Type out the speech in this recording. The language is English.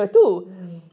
mm